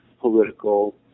political